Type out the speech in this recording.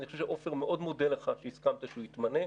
אני חושב שעפר מאוד מודה לך שהסכמת שהוא יתמנה.